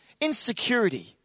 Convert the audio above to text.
Insecurity